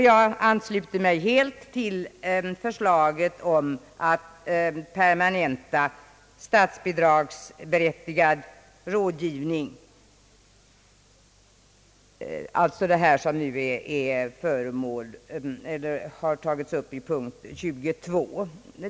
Jag ansluter mig helt till förslaget om att permanenta statsbidragsberättigad rådgivning, alltså vad som nu tagits upp i punkt 22.